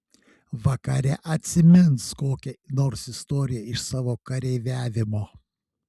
vakare atsimins kokią nors istoriją iš savo kareiviavimo